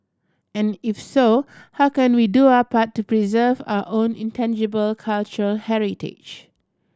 and if so how can we do our part to preserve our own intangible cultural heritage